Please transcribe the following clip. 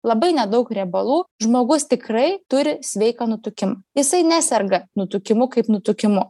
labai nedaug riebalų žmogus tikrai turi sveiką nutukimą jisai neserga nutukimu kaip nutukimu